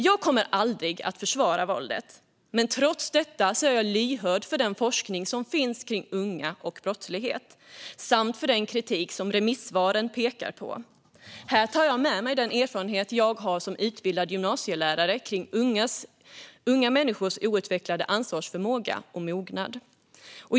Jag kommer aldrig att försvara våldet, men trots detta är jag lyhörd för den forskning som finns kring unga och brottslighet samt för den kritik som remissvaren pekar på. Här tar jag med mig den erfarenhet jag som utbildad gymnasielärare har när det gäller unga människors outvecklade ansvarsförmåga och mognad.